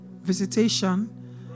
visitation